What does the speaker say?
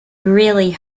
really